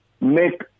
make